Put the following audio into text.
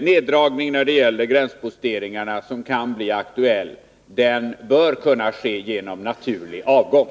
neddragning när det gäller gränsposteringarna som kan bli aktuell bör kunna ske genom naturlig avgång.